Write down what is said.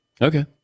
Okay